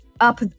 up-